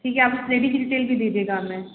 ठीक है आप उस लेडी की डिटेल भी दीजिएगा हमें